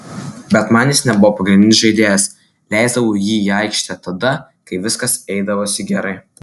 bet man jis nebuvo pagrindinis žaidėjas leisdavau jį į aikštę tada kai viskas eidavosi gerai